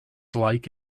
like